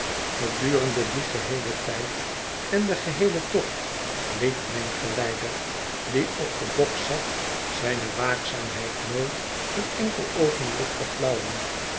gedurende dien geheelen tijd en den geheelen tocht liet mijn geleider die op den bok zat zijne waakzaamheid nooit een enkel oogenblik